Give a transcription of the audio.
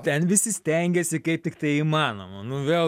ten visi stengėsi kaip tik tai įmanoma nu vėl